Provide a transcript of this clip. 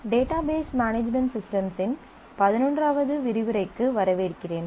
database management சிஸ்டம்ஸின் பதினொன்றாவது விரிவுரைக்கு வரவேற்கிறேன்